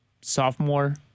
sophomore